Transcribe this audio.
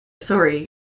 sorry